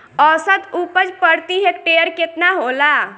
औसत उपज प्रति हेक्टेयर केतना होला?